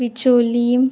Bicholim